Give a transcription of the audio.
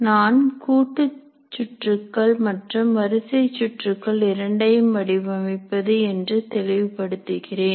நான் கூட்டுசுற்றுக்கள் மற்றும் வரிசை சுற்றுக்கள் இரண்டையும் வடிவமைப்பது என்று தெளிவு படுத்துகிறேன்